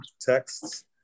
texts